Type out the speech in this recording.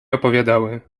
opowiadały